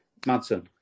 Madsen